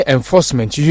Enforcement